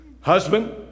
husband